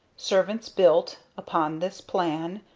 servants built upon this plan,